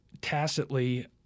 tacitly